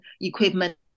equipment